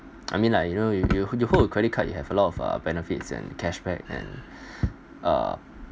I mean like you know you you you hold a credit card you have a lot of uh benefits and cashback and uh